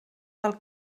del